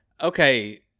Okay